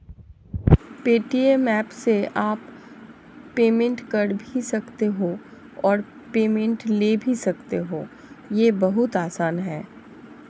Paytm app से आप payment कर भी सकते हो और पेमेंट ले भी सकते हो, ये बहुत आसान है